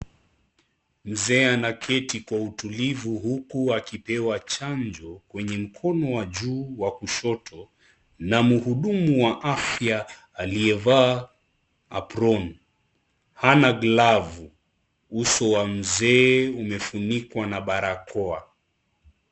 Mzee anaketi kwa utulivu huku akipewa chanjo kwenye mkono wa juu wa kushoto na mhudumu wa afya aliyevaa aproni hana glavu uso wa mzee umefunikwa na barakoa.